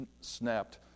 snapped